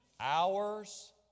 Hours